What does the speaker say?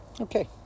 Okay